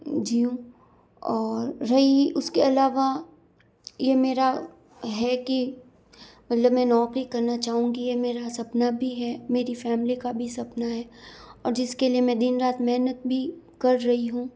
जीयूँ और रही उसके अलावा ये मेरा है कि मतलब मैं नौकरी करना चाहूंगी ये मेरा सपना भी है मेरी फ़ैमिली का भी सपना है और जिसके लिए मैं दिन रात महनत भी कर रही हूँ